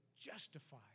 justify